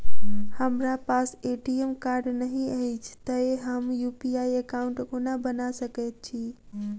हमरा पास ATM card नहि अछि तए हम यु.पी.आई एकॉउन्ट कोना बना सकैत छी